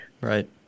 right